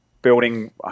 building